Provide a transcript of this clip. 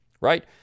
Right